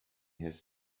his